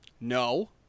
No